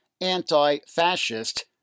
anti-fascist